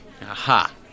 Aha